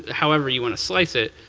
however you want to slice it.